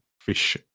fish